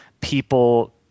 people